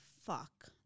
fuck